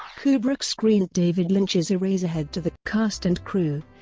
kubrick screened david lynch's eraserhead to the cast and crew,